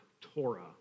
Torah